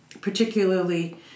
particularly